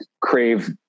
crave